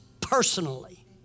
personally